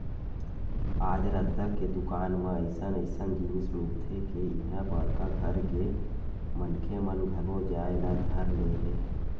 आज रद्दा के दुकान म अइसन अइसन जिनिस मिलथे के इहां बड़का घर के मनखे मन घलो जाए ल धर ले हे